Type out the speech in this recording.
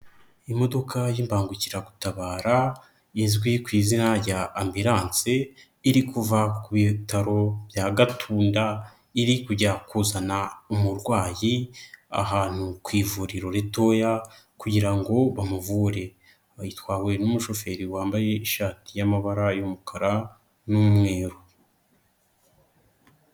Imodoka y'imbangukiragutabara izwi ku izina rya Ambulance iri kuva ku bitaro bya Gatunda iri kujya kuzana umurwayi ahantu ku ivuriro ritoya kugira ngo bamuvure. Itwawe n'umushoferi wambaye ishati y'amabara y'umukara n'umweru.